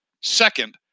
Second